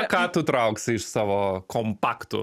ką tu trauksi iš savo kompaktų